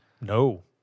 no